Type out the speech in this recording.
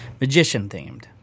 Magician-themed